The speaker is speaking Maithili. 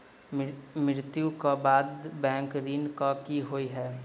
मृत्यु कऽ बाद बैंक ऋण कऽ की होइ है?